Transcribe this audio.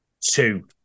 two